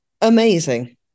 Amazing